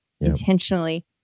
intentionally